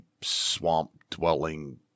swamp-dwelling